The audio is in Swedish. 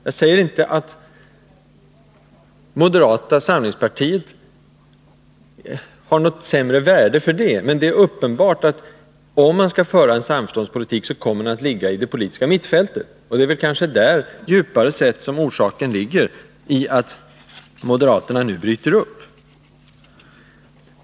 Jag säger inte att moderata samlingspartiet har något sämre värde för det, men det är uppenbart att om man skall föra en samförståndspolitik, så kommer den att ligga i det politiska mittfältet. Det är kanske där, djupare sett, som orsaken till att moderaterna nu bryter upp är att söka.